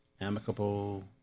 amicable